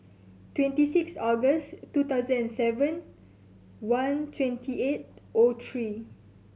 twenty six August two thousand and seven one twenty eight O three